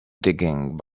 digging